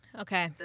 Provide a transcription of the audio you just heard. Okay